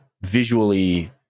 visually